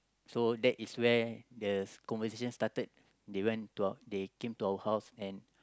so that is where the conversation started they went to our they came to our house and